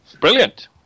brilliant